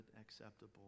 acceptable